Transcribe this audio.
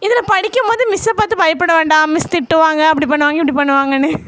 இதில் படிக்கும் போது மிஸ்ஸை பார்த்து பயப்பட வேண்டாம் மிஸ் திட்டுவாங்க அப்படி பண்ணுவாங்க இப்படி பண்ணுவாங்கன்னு